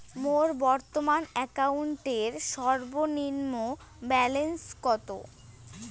মোর বর্তমান অ্যাকাউন্টের সর্বনিম্ন ব্যালেন্স কত?